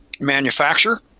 manufacturer